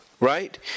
Right